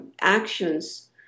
actions